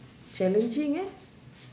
challenging eh